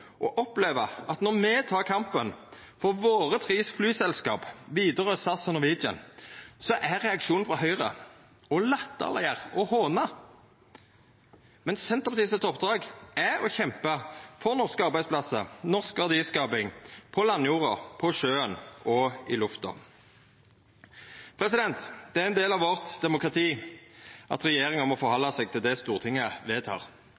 at når me tek kampen for våre tre flyselskap, Widerøe, SAS og Norwegian, er reaksjonen frå Høgre å latterleggjera og håna. Men Senterpartiet sitt oppdrag er å kjempa for norske arbeidsplassar, norsk verdiskaping på landjorda, på sjøen og i lufta. Det er ein del av demokratiet vårt at regjeringa må